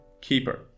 keeper